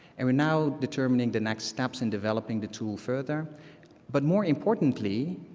and we're now determining the next steps in developing the tool further but, more importantly,